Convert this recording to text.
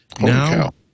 Now